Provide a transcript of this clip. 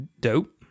dope